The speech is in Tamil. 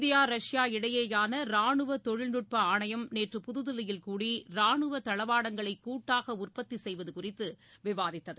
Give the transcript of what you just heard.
இந்தியா ரஷ்யா இடையேயான ராணுவ தொழில்நுட்ப ஆணையம் நேற்று புதுதில்லியில் கூடி ராணுவ தளவாடங்களை கூட்டாக உற்பத்தி செய்வது குறித்து விவாதித்தது